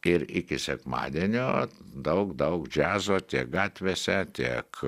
ir iki sekmadienio daug daug džiazo tiek gatvėse tiek